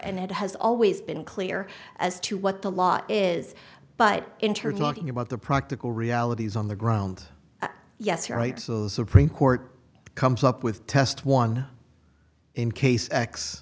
and it has always been clear as to what the law is but interlocking about the practical realities on the ground yes you're right so the supreme court comes up with test one in case